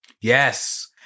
Yes